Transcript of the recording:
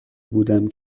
بودم